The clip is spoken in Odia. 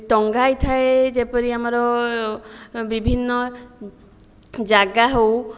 ଟଙ୍ଗା ହୋଇଥାଏ ଯେପରି ଆମର ବିଭିନ୍ନ ଜାଗା ହେଉ